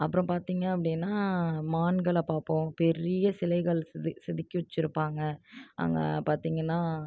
அப்புறம் பார்த்தீங்க அப்படின்னா மான்களை பார்ப்போம் பெரிய சிலைகள் செதுக்கி வச்சுருப்பாங்க அங்கே பார்த்தீங்கன்னா